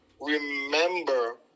remember